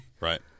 Right